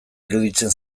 iruditzen